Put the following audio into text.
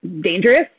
dangerous